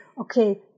okay